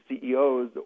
CEOs